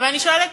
ואני שואלת,